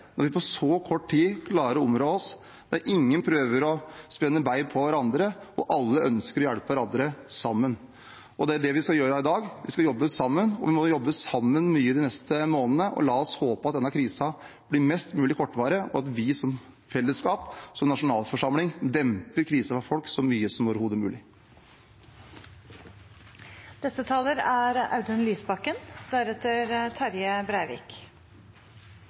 når vi på så kort tid klarer å områ oss, der ingen prøver å spenne bein på hverandre, og alle ønsker å hjelpe hverandre – sammen. Det er det vi skal gjøre i dag. Vi skal jobbe sammen. Vi må jobbe mye sammen de neste månedene. La oss håpe at denne krisen blir mest mulig kortvarig og at vi som fellesskap, som nasjonalforsamling, demper krisen for folk så mye som overhodet